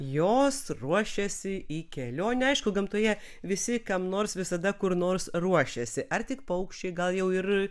jos ruošiasi į kelionę aišku gamtoje visi kam nors visada kur nors ruošiasi ar tik paukščiai gal jau ir